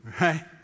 right